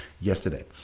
yesterday